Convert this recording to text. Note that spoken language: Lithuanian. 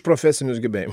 profesinius gebėjim